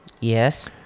Yes